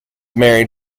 married